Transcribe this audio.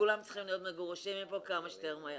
וכולם צריכים להיות מגורשים מפה כמה שיותר מהר.